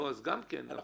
את הפיגורים.